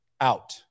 out